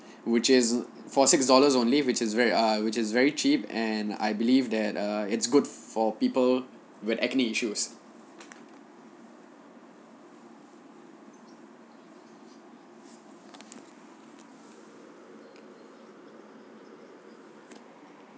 which is for six dollars only which is very err which is very cheap and I believe that err it's good for people with acne issues